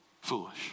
Foolish